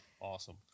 Awesome